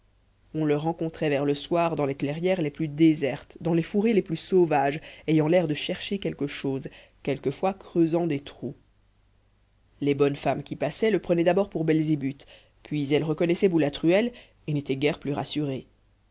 on le rencontrait vers le soir dans les clairières les plus désertes dans les fourrés les plus sauvages ayant l'air de chercher quelque chose quelquefois creusant des trous les bonnes femmes qui passaient le prenaient d'abord pour belzébuth puis elles reconnaissaient boulatruelle et n'étaient guère plus rassurées